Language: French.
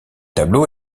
tableau